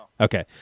Okay